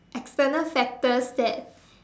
external factors that